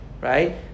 right